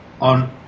on